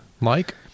Mike